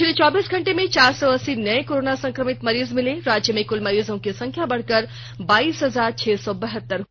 पिछले चौबीस घंटे में चार सौ अस्सी नए कोरोना संक्रमित मरीज मिले राज्य में कुल मरीजों की संख्या बढ़कर बाईस हजार छह सौ बहत्तर हुई